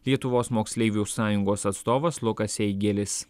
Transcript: lietuvos moksleivių sąjungos atstovas lukas eigėlis